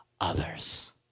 others